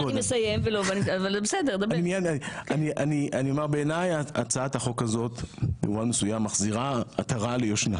אני אומר שבעיניי הצעת החוק הזאת במובן מסוים מחזירה עטרה ליושנה